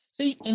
See